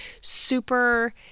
super